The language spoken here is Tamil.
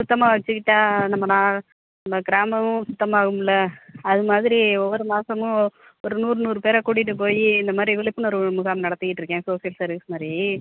சுத்தமாக வச்சிக்கிட்டால் நம்ம நா நம்ம கிராமமும் சுத்தமாகும்ல அது மாதிரி ஒவ்வொரு மாதமும் ஒரு நூறு நூறு பேரை கூட்டிகிட்டுப் போய் இந்தமாரி விழுப்புணர்வு முகாம் நடத்திகிட்டு இருக்கேன் சோசியல் சர்வீஸ் மாதிரி